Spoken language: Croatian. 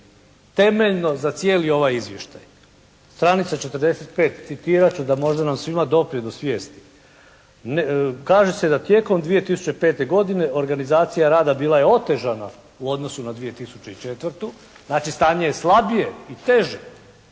temeljno za cijeli ovaj izvještaj. Stranica 45. citirat ću da možda nam svima doprije do svijesti, kaže se da tijekom 2005. godine organizacija rada bila je otežana u odnosu na 2004., znači stanje je slabije i teže